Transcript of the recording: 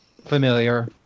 Familiar